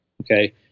Okay